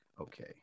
Okay